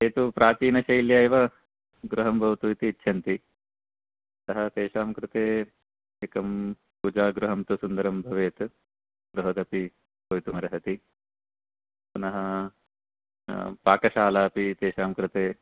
ते तु प्राचीनशैल्या एव गृहं भवतु इति इच्छन्ति सः तेषां कृते एकं पूजागृहं तु सुन्दरं भवेत् बृहदपि भवितुम् अर्हति पुनः पाकशालापि तेषां कृते